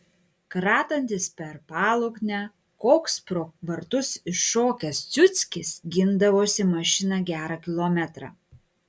kratantis per paluknę koks pro vartus iššokęs ciuckis gindavosi mašiną gerą kilometrą